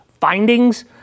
findings